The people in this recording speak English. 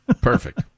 Perfect